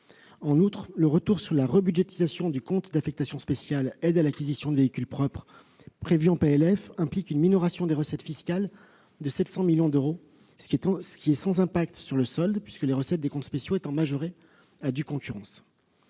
En outre, le retour sur la rebudgétisation du compte d'affectation spéciale « Aides à l'acquisition de véhicules propres » prévu en PLF implique une minoration des recettes fiscales de 700 millions d'euros, ce qui est sans effet sur le solde, puisque les recettes des comptes spéciaux sont majorées à due concurrence.